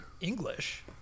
English